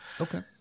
Okay